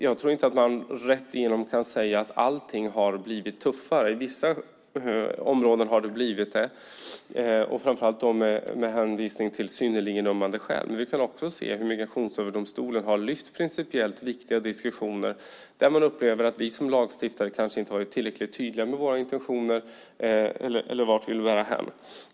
Jag tror inte att man rätt igenom kan säga att allting har blivit tuffare. På vissa områden har det blivit det, framför allt med hänvisning till synnerligen ömmande skäl. Men vi kan också se hur Migrationsöverdomstolen har lyft fram principiellt viktiga diskussioner där man upplever att vi som lagstiftare kanske inte har varit tillräckligt tydliga med våra intentioner.